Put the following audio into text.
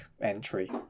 entry